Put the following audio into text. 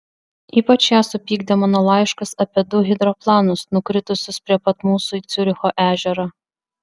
ypač ją supykdė mano laiškas apie du hidroplanus nukritusius prie pat mūsų į ciuricho ežerą